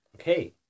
Okay